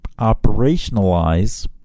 operationalize